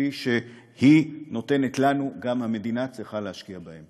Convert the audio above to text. כפי שהיא נותנת לנו, גם המדינה צריכה להשקיע בה.